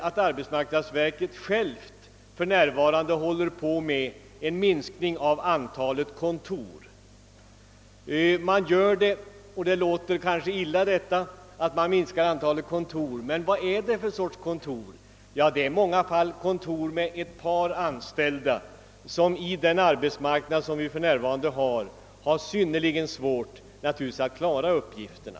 Och arbetsmarknadsverket sysslar ju självt, fröken Sandell, med en minskning av antalet kontor. Det låter kanske litet illa, när man säger att antalet kontor minskas. Mer vad är det för sorts kontor det gäller? Jo, det är i många fall kontor med ett par anställda, som i nuvarande arbetsmarknadsläge har synnerligen svårt att klara uppgifterna.